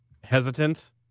hesitant